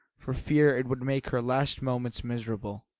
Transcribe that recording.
for fear it would make her last moments miserable.